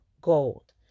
gold